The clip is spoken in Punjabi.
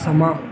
ਸਮਾਂ